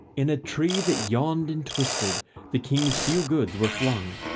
in a tree that yawned and twisted the king's few goods were flung,